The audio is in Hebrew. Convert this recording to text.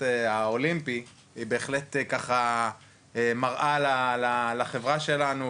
האולימפי היא בהחלט מראה לחברה שלנו,